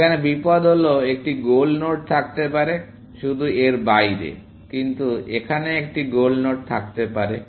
এখানে বিপদ হল একটি গোল নোড থাকতে পারে শুধু এর বাইরে কিন্তু এখানে একটি গোল নোড থাকতে পারে